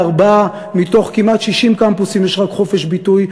רק בארבעה מתוך כמעט 60 קמפוסים יש חופש ביטוי.